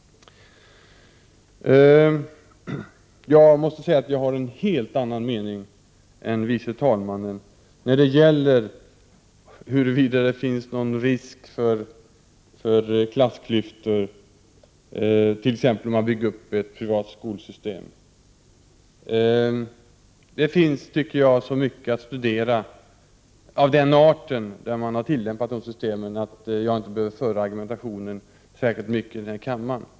Jag har en helt annan mening än förste vice talmannen i frågan, huruvida det finns en risk att åstadkomma klassklyftor om man t.ex. bygger upp ett privat skolsystem. Det finns så mycket av den arten att studera där man har | tillämpat det systemet att jag inte behöver argumentera särskilt mycket för det här i kammaren.